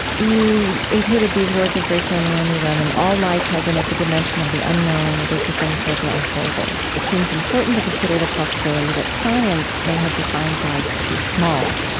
you included these words of rachel naomi remen all life has in it the dimension of the unknown. it is a thing forever unfolding. it seems important to consider the possibility that science may have defined life too small.